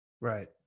Right